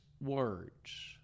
words